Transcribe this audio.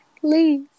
Please